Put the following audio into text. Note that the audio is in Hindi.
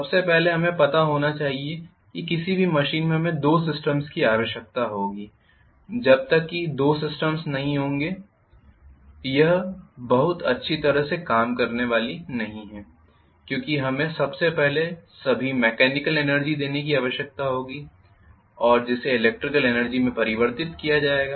सबसे पहले हमें पता होना चाहिए कि किसी भी मशीन में हमें दो सिस्टम्स की आवश्यकता होगी जब तक कि दो सिस्टम्स नहीं होंगे यह बहुत अच्छी तरह से काम करने वाली नहीं है क्योंकि हमें सबसे पहले सभी मेकेनिकल एनर्जी देने की आवश्यकता होगी और जिसे ईलेक्ट्रिकल एनर्जी में परिवर्तित किया जाएगा